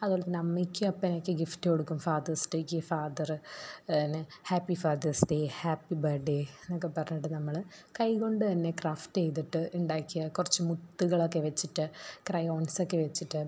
അതുപോലെത്തന്നെ അമ്മയ്ക്കും അപ്പയ്ക്ക് ഗിഫ്റ്റ് കൊടുക്കും ഫാദേഴ്സ് ഡേക്ക് ഫാദർ ന് happy fathers day happy birthday എന്നൊക്കെ പറഞ്ഞിട്ട് നമ്മൾ കൈ കൊണ്ടു തന്നെ ക്രാഫ്റ്റ് ചെയ്തിട്ട് ഉണ്ടാക്കിയ കുറച്ചു മുത്തുകളൊക്കെ വെച്ചിട്ട് ക്രയോൺസൊക്കെ വെച്ചിട്ട്